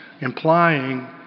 implying